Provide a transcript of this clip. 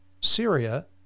Syria